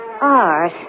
Art